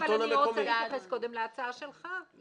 אבל אני רוצה להתייחס קודם להצעה שלך,